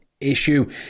issue